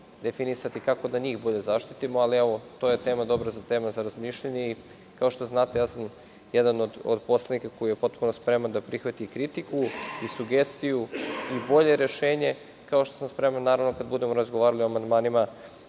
definisati kako da njih bolje zaštitimo, ali to je dobra tema za razmišljanje. Kao što znate, ja sam jedan od poslanika koji je potpuno spreman da prihvati kritiku i sugestiju i bolje rešenje, kao što sam spreman, kada budemo razgovarali o amandmanima